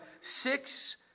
six